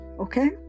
okay